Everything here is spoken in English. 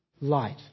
light